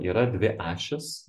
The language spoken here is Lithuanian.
yra dvi ašys